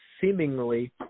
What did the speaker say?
seemingly